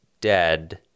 dead